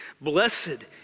Blessed